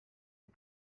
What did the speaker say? est